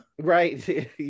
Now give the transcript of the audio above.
Right